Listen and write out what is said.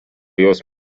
jos